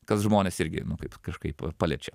kas žmones irgi nu kaip kažkaip paliečia